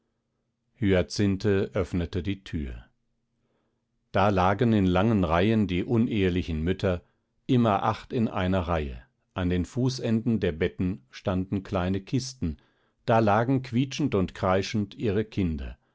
hyacinthe öffnete die tür da lagen in langen reihen die unehelichen mütter immer acht in einer reihe an den fußenden der betten standen kleine kisten da lagen quietschend und kreischend ihre kinder